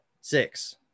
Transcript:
six